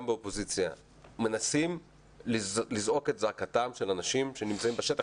באופוזיציה מנסים לזעוק את זעקתם של אנשים שנמצאים בשטח,